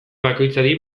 bakoitzari